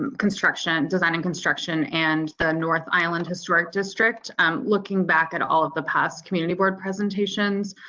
construction design and construction, and the north island historic district, um looking back at all of the past community board presentations.